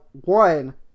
one